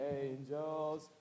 angels